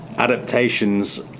Adaptations